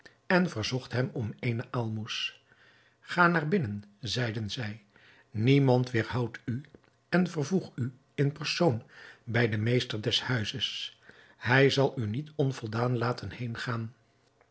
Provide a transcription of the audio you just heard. en verzocht hem om eene aalmoes ga naar binnen zeiden zij niemand weêrhoudt u en vervoeg u in persoon bij den meester des huizes hij zal u niet onvoldaan laten heengaan